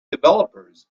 developers